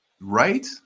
Right